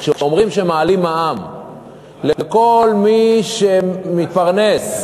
כשאומרים שמעלים מע"מ לכל מי שמתפרנס,